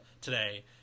today